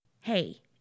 Hey